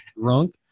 drunk